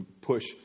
push